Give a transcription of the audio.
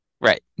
right